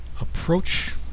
approach